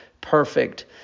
perfect